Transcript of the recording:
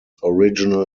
original